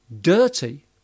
dirty